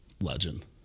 Legend